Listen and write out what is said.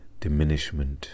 Diminishment